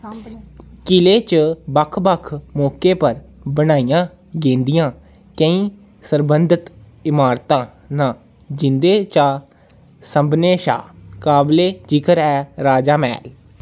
क़िले च बक्ख बक्ख मौकें पर बनाइयां गेदियां केईं सरबंधत इमारतां न जि'दे चा सभनें शा काबले जिकर ऐ राजा मैह्ल